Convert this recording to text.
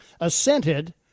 assented